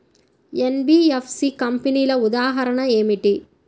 NBFC కంపెనీల ఉదాహరణ ఏమిటి?